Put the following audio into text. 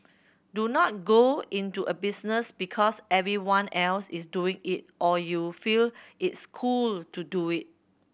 do not go into a business because everyone else is doing it or you feel it's cool to do it